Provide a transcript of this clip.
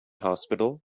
hospital